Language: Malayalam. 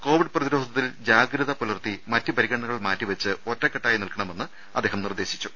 കോവിഡ് പ്രതിരോധത്തിൽ ജാഗ്രത പുലർത്തി മറ്റു പരിഗണനകൾ മാറ്റിവെച്ച് ഒറ്റക്കെട്ടായി നിൽക്കണമെന്ന് അദ്ദേഹം നിർദേശിച്ചു